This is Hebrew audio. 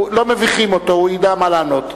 לא מביכים אותו, הוא ידע מה לענות.